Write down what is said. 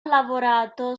lavorato